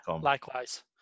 Likewise